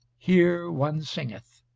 here one singeth